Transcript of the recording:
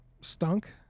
stunk